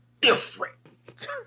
different